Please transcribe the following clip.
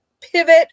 pivot